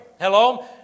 Hello